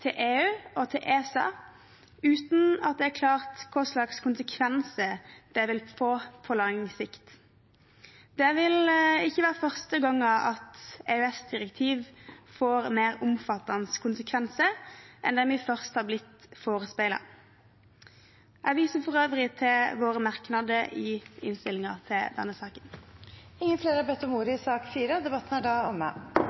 til EU og ESA, uten at det er klart hva slags konsekvenser det vil få på lang sikt. Det vil ikke være første gangen EØS-direktiv får mer omfattende konsekvenser enn det vi først har blitt forespeilet. Jeg viser for øvrig til våre merknader i innstillingen til denne saken. Flere har ikke bedt om ordet